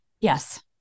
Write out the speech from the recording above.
yes